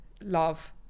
love